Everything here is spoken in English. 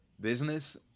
business